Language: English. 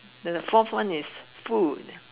the the fourth one is food